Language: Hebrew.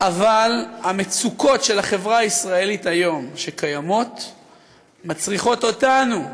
אבל המצוקות של החברה הישראלית שקיימות היום מצריכות אותנו,